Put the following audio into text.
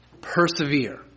persevere